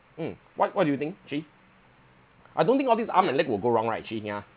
mm what what do you think actually I don't think all these arm and leg would go wrong right actually nina